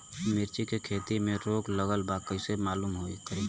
मिर्ची के खेती में रोग लगल बा कईसे मालूम करि?